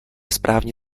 správně